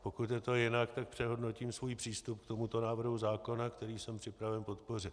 Pokud je to jinak, tak přehodnotím svůj přístup k tomuto návrhu zákona, který jsem připraven podpořit.